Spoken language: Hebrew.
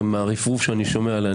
מהרפרוף שאני שומע עליה,